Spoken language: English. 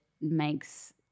makes